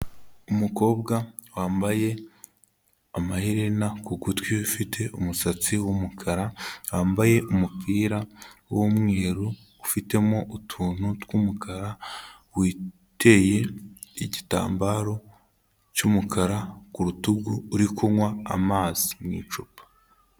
Umukobwa wambaye amaherena ku gutwi, ufite umusatsi w'umukara, wambaye umupira w'umweru ufitemo utuntu tw'umukara, witeye igitambaro cy'umukara ku rutugu, uri kunywa amazi mu icupa.